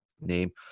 name